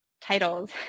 titles